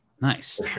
nice